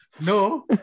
No